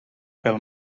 pel